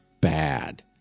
bad